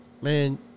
man